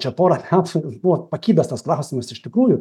čia porą metų buvo pakibęs tas klausimas iš tikrųjų